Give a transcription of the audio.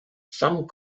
some